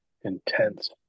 intense